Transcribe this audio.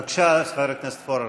בבקשה, חבר הכנסת פורר.